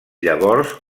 llavors